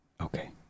Okay